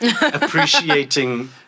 appreciating